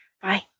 Bye